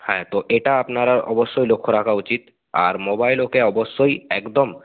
হ্যাঁ তো এটা আপনারা অবশ্যই লক্ষ্য রাখা উচিত আর মোবাইল ওকে অবশ্যই একদম